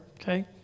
okay